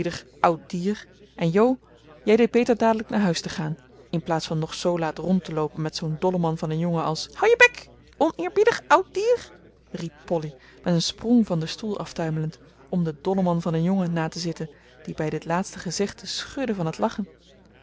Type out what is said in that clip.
oud dier en jo jij deed beter dadelijk naar huis te gaan in plaats van nog zoo laat rond te loopen met zoo'n dolleman van een jongen als houd je bek oneerbiedig oud dier riep polly met een sprong van den stoel aftuimelend om den dolleman van een jongen na te zitten die bij dit laatste gezegde schudde van het lachen